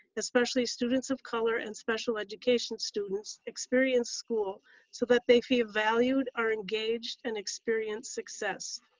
especially students of color and special education students, experience school so that they feel valued, are engaged and experience success,